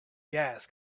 gas